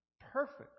perfect